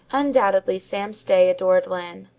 undoubtedly sam stay adored lyne.